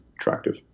attractive